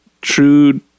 true